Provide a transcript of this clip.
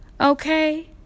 Okay